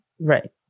Right